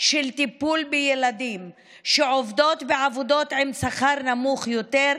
של טיפול בילדים, שעובדות בעבודות בשכר נמוך יותר,